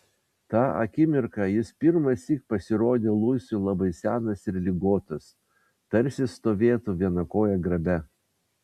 tą akimirką jis pirmąsyk pasirodė luisui labai senas ir ligotas tarsi stovėtų viena koja grabe